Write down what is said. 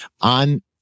on